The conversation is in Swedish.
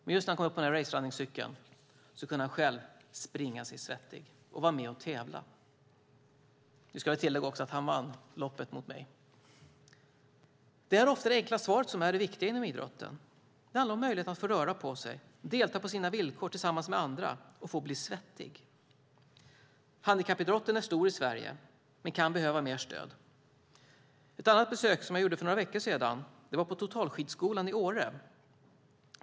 Men med racerunningcykeln kunde han själv springa sig svettig och vara med och tävla. Jag ska tillägga att han vann loppet mot mig. Det är ofta det enkla svaret som är det viktiga inom idrotten. Det handlar om möjligheten att få röra på sig, delta på sina villkor tillsammans med andra och få bli svettig. Handikappidrotten är stor i Sverige, men kan behöva mer stöd. För några veckor sedan besökte jag Totalskidskolan i Åre.